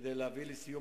כדי להביא לסיום